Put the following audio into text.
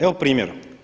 Evo primjer.